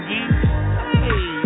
Hey